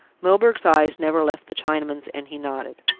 milburgh's eyes never left the chinaman's, and he nodded.